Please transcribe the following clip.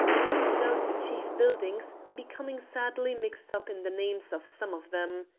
pointed out the chief buildings, becoming sadly mixed up in the names of some of them.